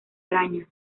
arañas